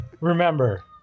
Remember